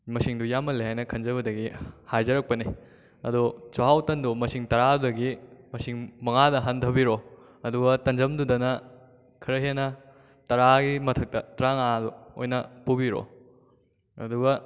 ꯃꯁꯤꯡꯗꯣ ꯌꯥꯝꯃꯜꯂꯦ ꯍꯥꯏꯅ ꯈꯟꯖꯕꯗꯒꯤ ꯍꯥꯏꯖꯔꯛꯄꯅꯤ ꯑꯗꯣ ꯆꯥꯛꯍꯥꯎ ꯇꯟꯗꯣ ꯃꯁꯤꯡ ꯇꯔꯥꯗꯒꯤ ꯃꯁꯤꯡ ꯃꯉꯥꯗ ꯍꯟꯗꯕꯤꯔꯣ ꯑꯗꯨꯒ ꯇꯟꯖꯝꯗꯨꯗꯅ ꯈꯔ ꯍꯦꯟꯅ ꯇꯔꯥꯒꯤ ꯃꯊꯛꯇ ꯇꯔꯥꯃꯉꯥ ꯑꯣꯏꯅ ꯄꯨꯕꯤꯔꯛꯑꯣ ꯑꯗꯨꯒ